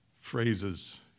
phrases